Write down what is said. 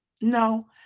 No